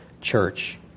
church